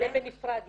זה בנפרד.